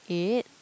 eight